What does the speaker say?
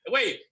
Wait